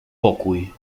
pokój